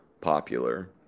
popular